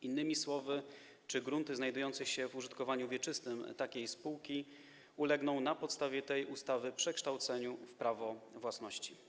Innymi słowy czy grunty znajdujące się w użytkowaniu wieczystym takiej spółki ulegną na podstawie tej ustawy przekształceniu w prawo własności?